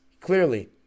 clearly